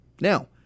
Now